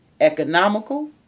economical